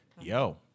yo